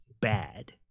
bad